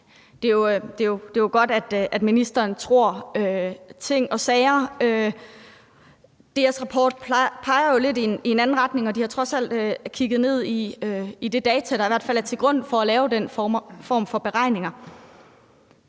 Det er jo godt, at ministeren tror ting og sager. DEAs rapport peger jo lidt i en anden retning, og de har trods alt kigget ned i de data, der i hvert fald er lagt til grund for at lave den form for beregninger.